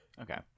okay